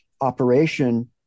operation